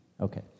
Okay